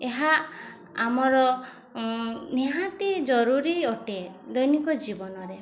ଏହା ଆମର ନିହାତି ଜରୁରୀ ଅଟେ ଦୈନିକ ଜୀବନରେ